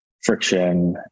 friction